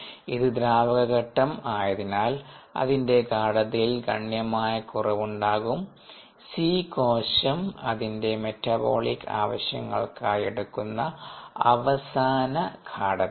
ഇത് ദ്രാവകഘട്ടം ആയതിനാൽ അതിന്റെ ഗാഢതയിൽ ഗണ്യമായ കുറവ് ഉണ്ടാകും C കോശം അതിന്റെ മെറ്റാബോളിക് ആവശ്യങ്ങൾക്കായി എടുക്കുന്ന അവസാന ഗാഢതയാണ്